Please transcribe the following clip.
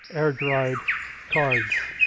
air dried cards.